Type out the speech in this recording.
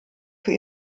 für